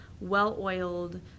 well-oiled